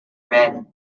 men